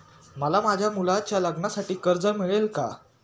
मला माझ्या मुलाच्या लग्नासाठी कर्ज मिळेल का?